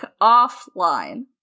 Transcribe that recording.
offline